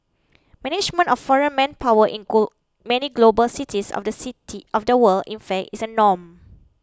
management of foreign manpower in goal many global cities of the city of the world in fact is a norm